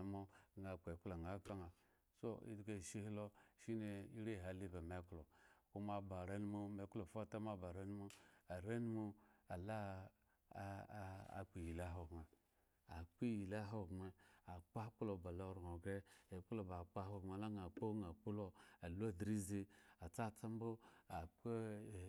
Moa akpo ekplo na kala na so edgu ashe he la shine hali ba me eklo ko wo ba ae numu me eklo efatarma ba are numu are numu aa akpo iyli hogbre akpo iyli hogbre akpo akplo ba lo aran gan ekplo akpa hogbre alo la moa akpo lo alo adlizi a tsatse akpo